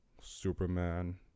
Superman